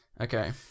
Okay